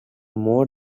more